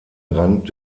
rand